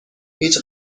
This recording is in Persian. هیچ